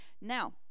Now